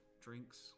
drinks